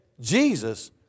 Jesus